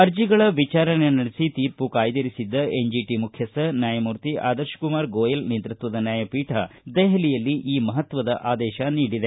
ಅರ್ಜಿಗಳ ವಿಚಾರಣೆ ನಡೆಸಿ ತೀರ್ಪು ಕಾಯ್ದಿರಿಸಿದ್ದ ಎನ್ಜಿಟಿ ಮುಖ್ಯಸ್ವ ನ್ಯಾಯಮೂರ್ತಿ ಆದರ್ಶಕುಮಾರ್ ಗೋಯಲ್ ನೇತೃತ್ವದ ನ್ಯಾಯಪೀಠ ದೆಹಲಿಯಲ್ಲಿ ಈ ಮಹತ್ವದ ಆದೇಶ ನೀಡಿದೆ